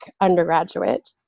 undergraduate